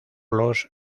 los